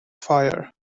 fire